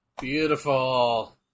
Beautiful